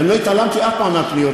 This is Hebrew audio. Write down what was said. ואני לא התעלמתי אף פעם מהפניות.